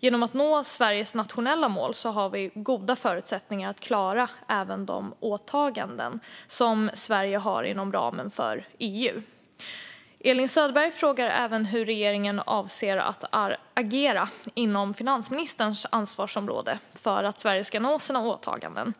Genom att nå Sveriges nationella mål har vi goda förutsättningar att klara även de åtaganden som Sverige har inom ramen för EU. Elin Söderberg frågar även hur regeringen avser att agera inom finansministerns ansvarsområde för att Sverige ska nå sina åtaganden.